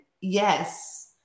yes